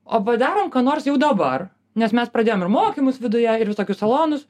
o padarom ką nors jau dabar nes mes pradėjom ir mokymus viduje ir visokius salonus